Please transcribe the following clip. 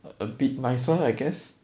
a bit nicer I guess